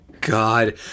God